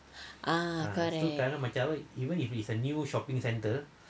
ah correct